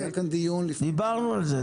אבל דיברנו על זה,